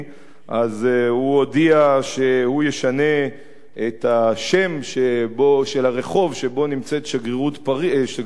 הוא הודיע שהוא ישנה את השם של הרחוב שבו נמצאת שגרירות צרפת